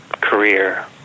career